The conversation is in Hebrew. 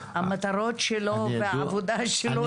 המטרות שלו והעבודה שלו שונות לגמרי.